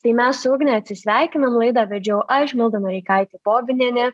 tai mes su ugne atsisveikinam laidą vedžiau aš milda noreikaitė bobinienė